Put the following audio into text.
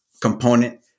component